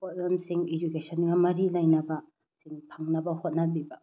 ꯄꯣꯠꯂꯝꯁꯤꯡ ꯏꯖꯨꯀꯦꯁꯟꯒ ꯃꯔꯤ ꯂꯩꯅꯕꯁꯤꯡ ꯐꯪꯅꯕ ꯍꯣꯠꯅꯕꯤꯕ